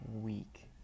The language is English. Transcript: week